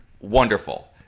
Wonderful